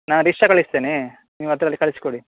ನಾ ರಿಕ್ಷಾ ಕಳಿಸ್ತೇನೆ ನೀವು ಅದರಲ್ಲಿ ಕಳಿಸಿಕೊಡಿ